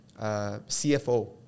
CFO